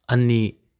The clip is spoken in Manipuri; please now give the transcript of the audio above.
ꯑꯅꯤ